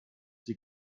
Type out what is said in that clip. sie